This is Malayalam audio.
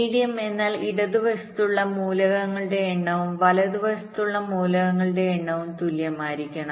മീഡിയൻ എന്നാൽ ഇടതുവശത്തുള്ള മൂലകങ്ങളുടെ എണ്ണവും വലതുവശത്തുള്ള മൂലകങ്ങളുടെ എണ്ണവും തുല്യമായിരിക്കണം